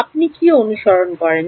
আপনি কি অনুসরণ করেন